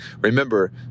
Remember